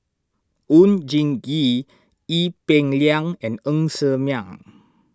Oon Jin Gee Ee Peng Liang and Ng Ser Miang